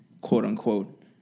quote-unquote